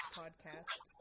podcast